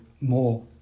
more